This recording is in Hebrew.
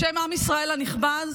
בשם עם ישראל הנכבד,